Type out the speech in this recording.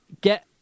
Get